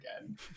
again